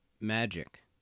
magic